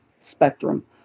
spectrum